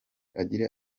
agira